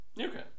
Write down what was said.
okay